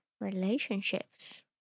Relationships